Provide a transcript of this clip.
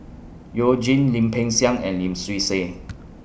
YOU Jin Lim Peng Siang and Lim Swee Say